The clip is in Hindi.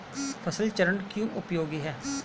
फसल चरण क्यों उपयोगी है?